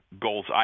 goals